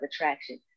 attraction